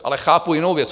Ale nechápu jinou věc.